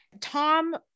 Tom